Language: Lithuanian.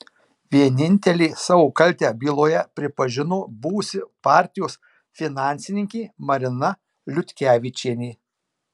vienintelė savo kaltę byloje pripažino buvusi partijos finansininkė marina liutkevičienė